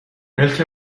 ملک